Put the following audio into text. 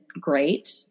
great